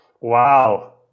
Wow